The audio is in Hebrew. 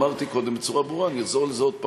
אמרתי קודם בצורה ברורה, אני אחזור על זה עוד פעם.